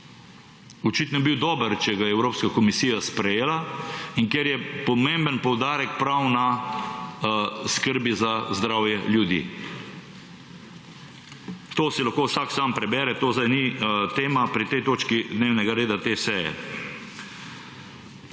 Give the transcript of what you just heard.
Očitno je bil dober, če ga je Evropska komisija sprejela in ker je pomemben poudarek prav na skrbi za zdravje ljudi. To si lahko vsak sam prebere, to zdaj ni tema pri tej točki dnevnega reda te